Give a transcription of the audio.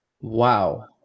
Wow